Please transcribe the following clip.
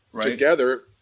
together